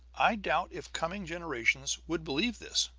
i doubt if coming generations would believe this.